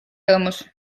rõõmus